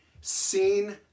seen